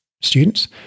students